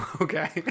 Okay